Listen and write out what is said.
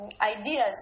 ideas